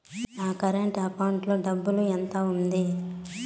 నా current account లో డబ్బులు ఎంత ఉంది?